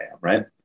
right